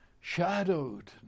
shadowed